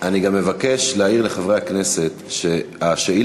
אני גם מבקש להעיר לחברי הכנסת שהשאילתה